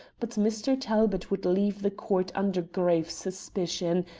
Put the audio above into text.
but mr. talbot would leave the court under grave suspicion,